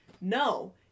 No